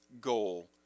goal